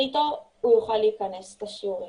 שאיתו הוא יוכל להכנס לשיעורים.